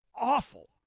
awful